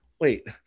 wait